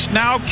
now